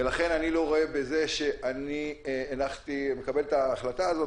ולכן אני לא רואה בזה שאני מקבל את ההחלטה הזאת